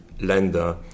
lender